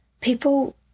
people